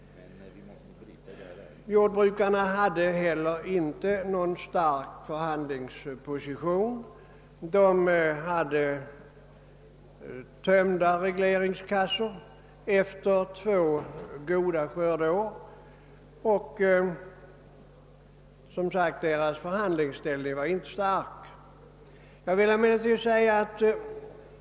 Jordbrukarnas förhandlingsställning var inte stark. De hade tömda regleringskassor efter två goda skördeår.